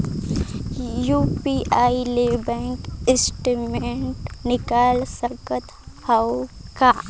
UPI ले bank statement निकाल सकत हवं का?